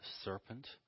serpent